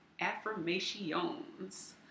affirmations